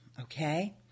okay